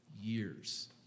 years